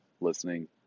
listening